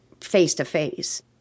face-to-face